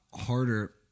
harder